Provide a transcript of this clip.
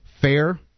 fair